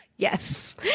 Yes